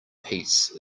peace